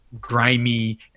grimy